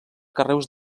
carreus